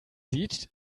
sieht